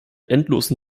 endlosen